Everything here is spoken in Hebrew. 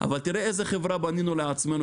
אבל תראה איזה חברה בנינו לעצמנו,